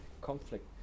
conflict